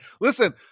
Listen